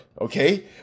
Okay